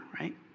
right